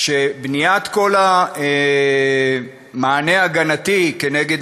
שבניית כל המענה ההגנתי נגד